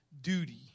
duty